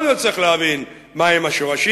בכל זאת צריך להבין מה הם השורשים.